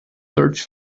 search